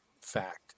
fact